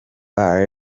who